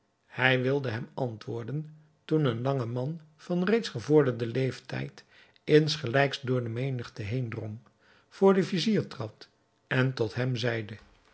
hij wilde hem antwoorden toen een lange man van reeds gevorderden leeftijd insgelijks door de menigte heen drong voor den vizier trad en tot hem zeide